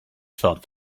thought